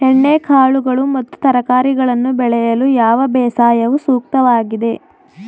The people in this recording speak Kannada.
ಎಣ್ಣೆಕಾಳುಗಳು ಮತ್ತು ತರಕಾರಿಗಳನ್ನು ಬೆಳೆಯಲು ಯಾವ ಬೇಸಾಯವು ಸೂಕ್ತವಾಗಿದೆ?